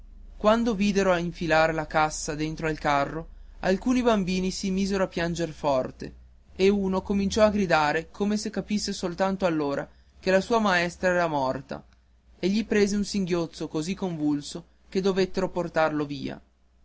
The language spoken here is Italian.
cassa quando videro infilar la cassa dentro al carro alcuni bambini si misero a pianger forte e uno cominciò a gridare come se capisse soltanto allora che la sua maestra era morta e gli prese un singhiozzo così convulso che dovettero portarlo via